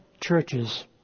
churches